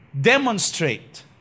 demonstrate